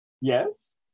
Yes